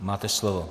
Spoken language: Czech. Máte slovo.